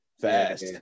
fast